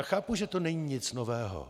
Chápu, že to není nic nového.